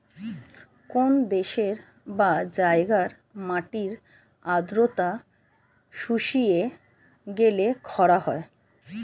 কোন দেশের বা জায়গার মাটির আর্দ্রতা শুষিয়ে গেলে খরা হয়